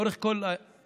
לאורך כל החיים,